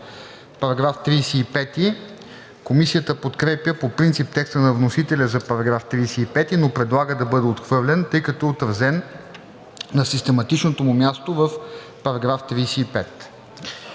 отхвърлено. Комисията подкрепя по принцип текста на вносителя за § 35, но предлага да бъде отхвърлен, тъй като е отразен на систематичното му място в § 35.